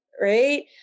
right